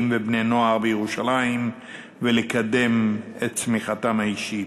ובני-נוער בירושלים ולקדם את צמיחתם האישית.